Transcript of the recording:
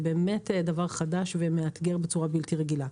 באמת דבר חדש ומאתגר בצורה בלתי רגילה.